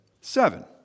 Seven